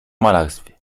malarstwie